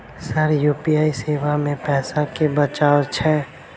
Sir UPI सेवा मे पैसा केँ बचाब छैय?